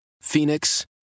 Phoenix